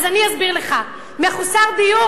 אז אני אסביר לך: מחוסר דיור,